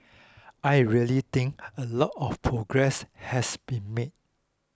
I really think a lot of progress has been made